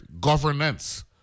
Governance